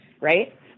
Right